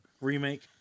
remake